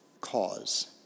cause